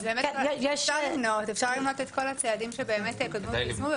אפשר למנות את כל הצעדים שיקדמו ויושמו.